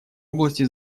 области